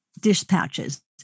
dispatches